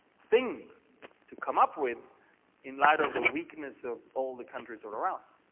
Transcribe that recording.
thing to come up with in light of the weakness of all the countries around.